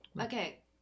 okay